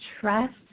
trust